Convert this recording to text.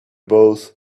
both